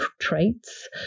traits